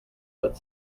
but